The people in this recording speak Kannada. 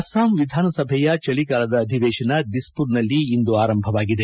ಅಸ್ಸಾಂ ವಿಧಾನಸಭೆಯ ಚಳಿಗಾಲದ ಅಧಿವೇಶನ ದಿಸ್ಪುರ್ನಲ್ಲಿ ಇಂದು ಆರಂಭವಾಗಿದೆ